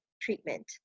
treatment